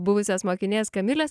buvusios mokinės kamilės